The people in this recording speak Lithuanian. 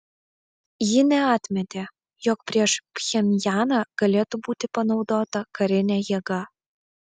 ji neatmetė jog prieš pchenjaną galėtų būti panaudota karinė jėga